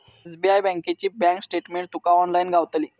SBI बँकेची bank statement तुका online गावतली